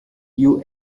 you